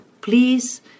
Please